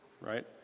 right